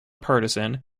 partisan